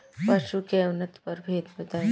पशु के उन्नत प्रभेद बताई?